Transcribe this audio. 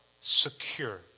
secure